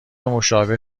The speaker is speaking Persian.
مشابه